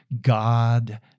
God